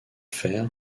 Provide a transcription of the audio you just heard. fer